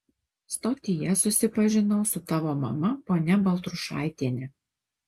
stotyje susipažinau su tavo mama ponia baltrušaitiene